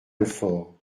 alfort